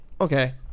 Okay